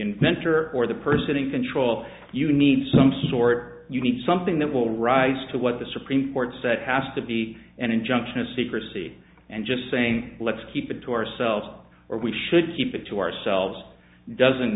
mentor or the person in control you need some sort you need something that will rise to what the supreme court said has to be an injunction of secrecy and just saying let's keep it to ourselves or we should keep it to ourselves doesn't